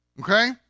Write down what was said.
Okay